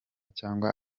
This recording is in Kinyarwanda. cyangwa